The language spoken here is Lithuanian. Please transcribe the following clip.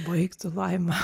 baig tu laima